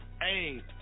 Hey